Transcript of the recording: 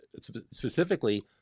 specifically